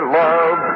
love